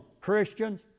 Christians